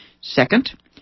Second